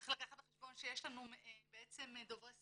צריך לקחת בחשבון שיש לנו בעצם דוברי שפה,